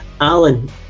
Alan